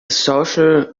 social